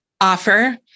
offer